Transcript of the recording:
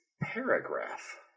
paragraph